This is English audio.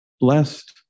Blessed